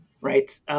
right